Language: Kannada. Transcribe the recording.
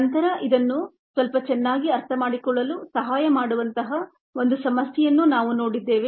ನಂತರ ಇದನ್ನು ಸ್ವಲ್ಪ ಚೆನ್ನಾಗಿ ಅರ್ಥಮಾಡಿಕೊಳ್ಳಲು ಸಹಾಯ ಮಾಡುವಂತಹ ಒಂದು ಸಮಸ್ಯೆಯನ್ನು ನಾವು ನೋಡಿದ್ದೇವೆ